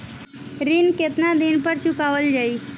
ऋण केतना दिन पर चुकवाल जाइ?